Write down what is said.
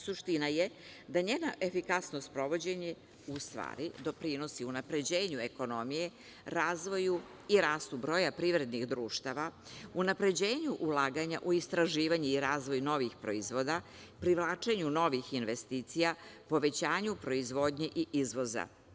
Suština je da njeno efikasno sprovođenje u stvari doprinosi unapređenju ekonomije, razvoju i rastu broja privrednih društava, unapređenju ulaganja u istraživanje i razvoj novih proizvoda, privlačenju novih investicija, povećanju proizvodnje i izvoza.